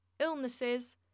illnesses